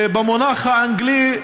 במונח האנגלי: